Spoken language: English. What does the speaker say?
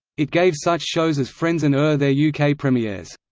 it gave such shows as friends and er their yeah uk premieres.